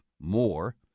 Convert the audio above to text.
more